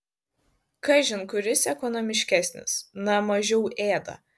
kažin kuris ekonomiškesnis na mažiau ėda